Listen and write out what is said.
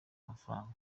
amafaranga